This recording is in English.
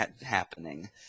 happening